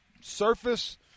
surface